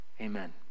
amen